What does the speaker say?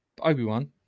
Obi-Wan